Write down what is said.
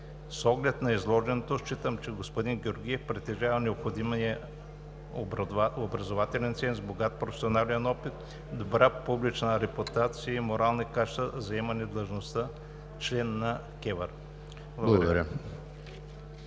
С оглед на изложеното считам, че господин Георгиев притежава необходимия образователен ценз, богат професионален опит, добра публична репутация и морални качества за заемане длъжността – член на КЕВР. Благодаря.